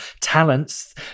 talents